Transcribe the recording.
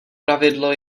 pravidlo